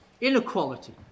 Inequality